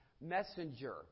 messenger